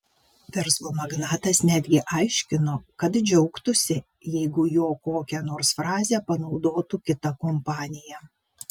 verslo magnatas netgi aiškino kad džiaugtųsi jeigu jo kokią nors frazę panaudotų kita kompanija